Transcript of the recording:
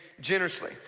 generously